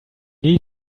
need